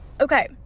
Okay